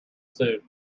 suit